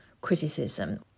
criticism